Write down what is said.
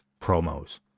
promos